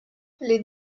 les